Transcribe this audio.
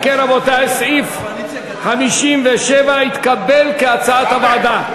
אם כן, רבותי, סעיף 57 התקבל כהצעת הוועדה.